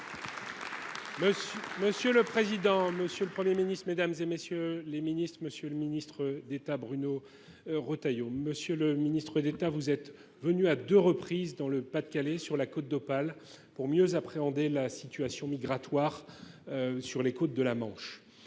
Monsieur le président, monsieur le Premier ministre, mesdames, messieurs les ministres, monsieur le ministre d’État Bruno Retailleau, vous êtes venu à deux reprises dans le Pas de Calais, sur la Côte d’Opale, pour mieux appréhender la situation migratoire sur les côtes de la Manche,